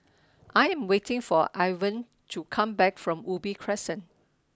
I am waiting for Irwin to come back from Ubi Crescent